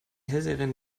hellseherin